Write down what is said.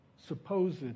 supposed